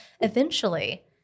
eventually-